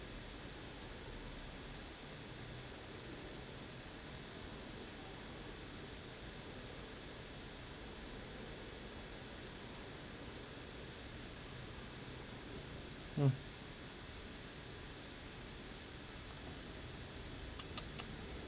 mm